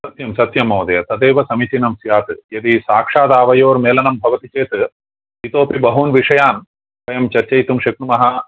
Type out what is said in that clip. सत्यं सत्यं महोदय तदेव समीचीनं स्यात् यदि साक्षादावयोर्मेलनं भवति चेत् इतोपि बहून् विषयान् वयं चर्चयितुं शक्नुमः